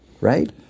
right